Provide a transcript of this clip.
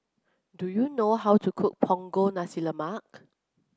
do you know how to cook Punggol Nasi Lemak